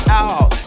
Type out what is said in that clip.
out